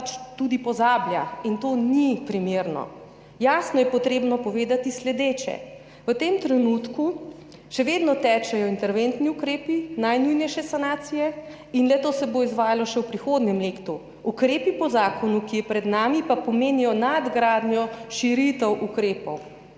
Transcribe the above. tudi pozablja in to ni primerno. Jasno je treba povedati sledeče. V tem trenutku še vedno tečejo interventni ukrepi, najnujnejše sanacije in le-to se bo izvajalo še v prihodnjem letu. Ukrepi po zakonu, ki je pred nami, pa pomenijo nadgradnjo, širitev ukrepov.